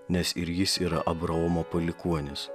nes ir jis yra abraomo palikuonis